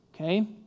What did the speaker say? okay